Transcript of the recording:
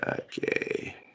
Okay